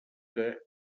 que